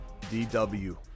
DW